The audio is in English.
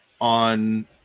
on